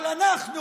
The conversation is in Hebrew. אבל אנחנו,